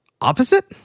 Opposite